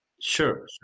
sure